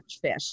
fish